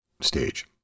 stage